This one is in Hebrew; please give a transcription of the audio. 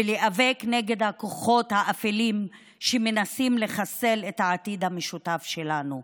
ולהיאבק נגד הכוחות האפלים שמנסים לחסל את העתיד המשותף שלנו.